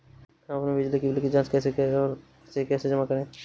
हम अपने बिजली बिल की जाँच कैसे और इसे कैसे जमा करें?